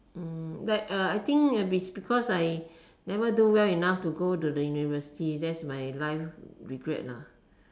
uh like uh I think it's because I never do well enough to go to the university that's my life regret ah